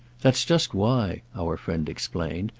that's just why, our friend explained,